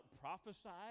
prophesied